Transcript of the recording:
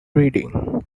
reading